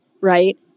right